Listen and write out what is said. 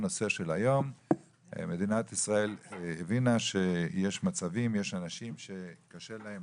מדינת ישראל הבינה שיש אנשים שקשה להם